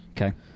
Okay